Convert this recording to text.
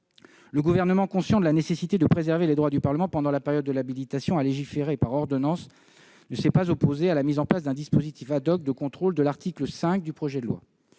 Le Gouvernement, conscient de la nécessité de préserver les droits du Parlement pendant la période de l'habilitation à légiférer par ordonnances, ne s'est pas opposé à la mise en place d'un dispositif de contrôle à l'article 5 du projet de loi.